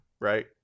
right